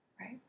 right